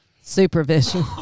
supervision